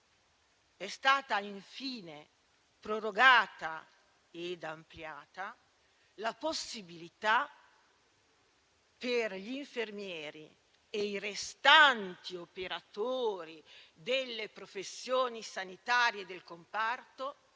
È stata infine prorogata ed ampliata la possibilità per gli infermieri e i restanti operatori delle professioni sanitarie del comparto